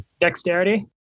dexterity